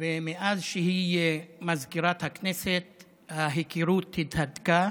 ומאז שהיא מזכירת הכנסת ההיכרות התהדקה,